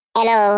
Hello